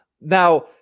now